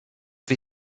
wir